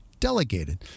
delegated